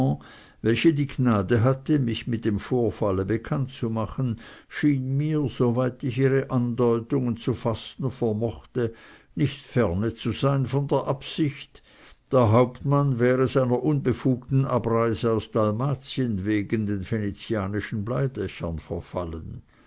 welche die gnade hatte mich mit dem vorfalle bekannt zu machen schien mir soweit ich ihre andeutungen zu fassen vermochte nicht ferne zu sein von der ansicht der hauptmann wäre seiner unbefugten abreise aus dalmatien wegen den venezianischen bleidächern verfallen